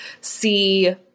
see